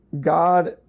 God